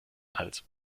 als